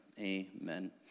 amen